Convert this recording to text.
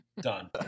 done